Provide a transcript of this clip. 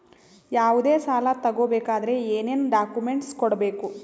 ಯಾವುದೇ ಸಾಲ ತಗೊ ಬೇಕಾದ್ರೆ ಏನೇನ್ ಡಾಕ್ಯೂಮೆಂಟ್ಸ್ ಕೊಡಬೇಕು?